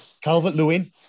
Calvert-Lewin